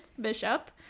Bishop